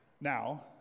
Now